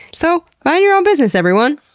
so mind your own business everyone!